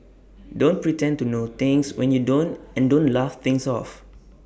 don't pretend to know things when you don't and don't laugh things off